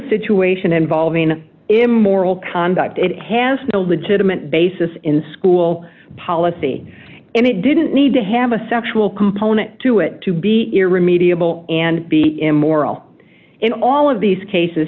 situation involving in moral conduct it has no legitimate basis in school policy and it didn't need to have a sexual component to it to be irremediable and be immoral in all of these cases